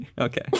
okay